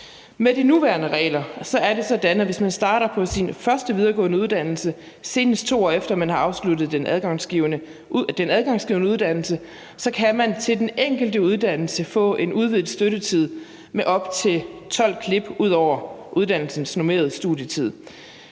Med de nuværende regler er det sådan, at hvis man starter på sin første videregående uddannelse, senest 2 år efter man har afsluttet den adgangsgivende uddannelse, kan man til den enkelte uddannelse få en udvidet støttetid med op til 12 klip ud over uddannelsens normerede studietid.